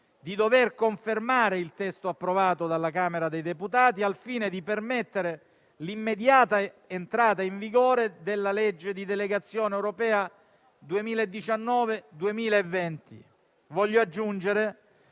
di dover confermare il testo approvato dalla Camera dei deputati al fine di permettere l'immediata entrata in vigore della legge di delegazione europea 2019-2020. Voglio aggiungere